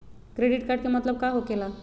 Credit card के मतलब का होकेला?